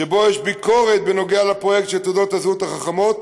שיש בו ביקורת על הפרויקט של תעודות הזהות החכמות,